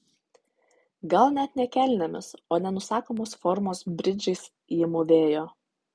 gal net ne kelnėmis o nenusakomos formos bridžais ji mūvėjo